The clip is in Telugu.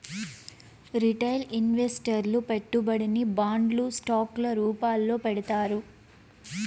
రిటైల్ ఇన్వెస్టర్లు పెట్టుబడిని బాండ్లు స్టాక్ ల రూపాల్లో పెడతారు